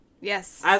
Yes